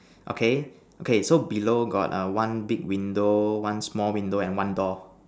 okay okay so below got one big window one small window and one door